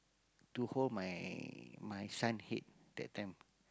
to hold my my son head that time